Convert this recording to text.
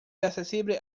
accesible